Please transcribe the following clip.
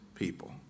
people